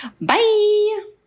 Bye